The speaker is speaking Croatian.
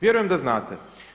Vjerujem da znate.